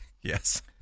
yes